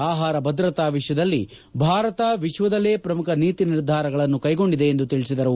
ಆಹಾರ ಭದ್ರತಾ ವಿಷಯದಲ್ಲಿ ಭಾರತ ವಿಶ್ವದಲ್ಲಿ ಪ್ರಮುಖ ನೀತಿ ನಿರ್ಧಾರಗಳನ್ನು ಕೈಗೊಂಡಿದೆ ಎಂದು ತಿಳಿಸಿದರು